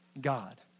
God